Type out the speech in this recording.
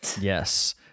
yes